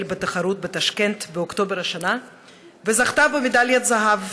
בתחרות בטשקנט באוקטובר השנה וזכתה במדליית זהב